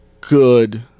good